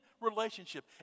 relationship